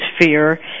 fear